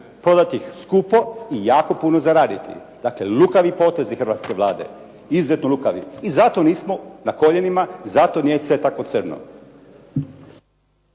prodati ih skupo i jako puno zaraditi, dakle lukavi potezi hrvatske Vlade, izuzetno lukavi i zato nismo na koljenima, zato nije sve tako crno.